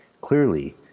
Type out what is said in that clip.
Clearly